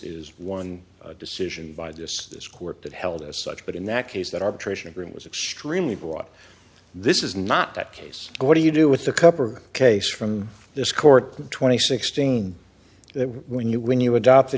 is one decision by this this court that held us such but in that case that arbitration room was extremely broad this is not that case what do you do with the cover case from this court twenty sixteen that when you when you adopt